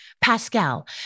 Pascal